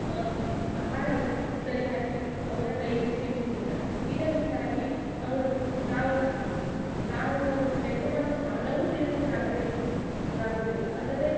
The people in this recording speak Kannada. ಆಹಾರವು ಸರಿಯಾಗಿ ಅವರ ಕೈಗೆ ಸಿಗುವುದಿಲ್ಲ ಇದರಿಂದಾಗಿ ಅವರು ತಾವು ತಾವು ತೆಗೆದುಕೊಂಡ ಸಾಲವು ತೀರಿಸಲಾಗದೆ ಲಾಗುದಿಲ್ಲ ಅಲ್ಲದೆ